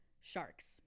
Sharks